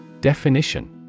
definition